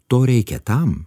to reikia tam